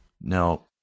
Now